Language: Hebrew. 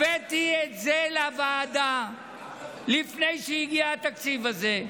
הבאתי את זה לוועדה לפני שהגיע התקציב הזה.